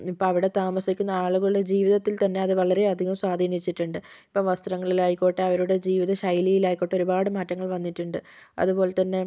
ഇപ്പം അവിടെ താമസിക്കുന്ന ആളുകളുടെ ജീവിതത്തില് തന്നെ അത് വളരെയധികം സ്വധിനിച്ചിട്ടുണ്ട് ഇപ്പം വസ്ത്രങ്ങളില് ആയിക്കോട്ടെ അവരുടെ ജീവിത ശൈലിയിലായിക്കോട്ടേ ഒരുപാട് മാറ്റങ്ങള് വന്നിട്ടുണ്ട് അതുപോലെത്തന്നെ